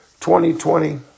2020